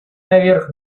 наверх